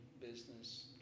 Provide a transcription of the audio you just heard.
business